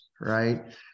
right